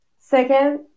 second